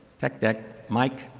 tech deck? mic?